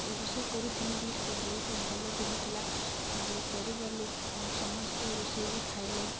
ରୁଷେଇ କରିଥିନି ବି ଆରୁ ବହୁତ ଭଲ ବି ହେଇଥିଲା ଆରୁ ପରିବାର ଲୋକ ସମସ୍ତେ ରୋଷେଇ ବି ଖାଇଲେ